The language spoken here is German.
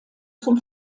zum